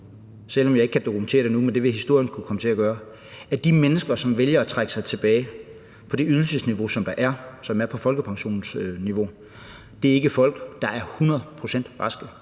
selv om jeg ikke kan dokumentere det nu, men det vil historien kunne komme til at gøre, at de mennesker, som vælger at trække sig tilbage på det ydelsesniveau, som der er, og som er på folkepensionsniveau, ikke er folk, der er hundrede